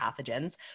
pathogens